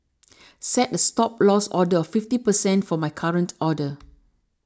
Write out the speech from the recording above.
set a Stop Loss order of fifty percent for my current order